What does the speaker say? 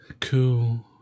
cool